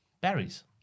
Berries